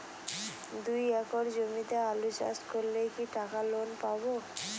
দুই একর জমিতে আলু চাষ করলে কি টাকা লোন পাবো?